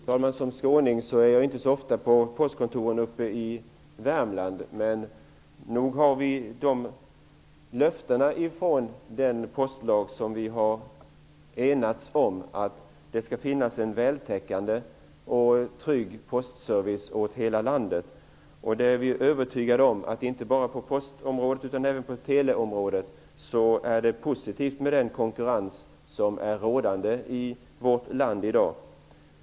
Fru talman! Som skåning är jag inte så ofta på postkontoren uppe i Värmland, men nog har vi löften om att det genom den postlag som vi har enats om skall finnas en vältäckande och trygg postservice över hela landet. Vi är övertygade om att den konkurrens som råder i vårt land i dag, inte bara på postområdet utan även på teleområdet, är positiv.